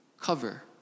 cover